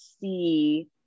see